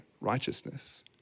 righteousness